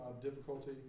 difficulty